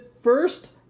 First